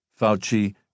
Fauci